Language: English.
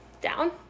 down